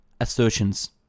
assertions